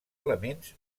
elements